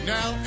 Now